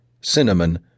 cinnamon